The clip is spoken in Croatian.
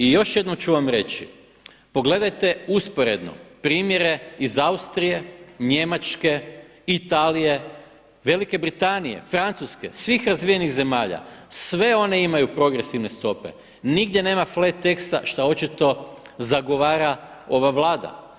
I još jednom ću vam reći, pogledajte usporedno primjere iz Austrije, Njemačke, Italije, Velike Britanije, Francuske, svih razvijenih zemalja, sve one imaju progresivne stope, nigdje nema flat tax šta očito zagovara ova Vlada.